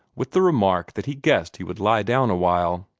with the remark that he guessed he would lie down awhile.